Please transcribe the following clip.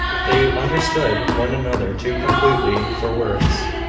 they understood one another too completely for words.